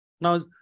Now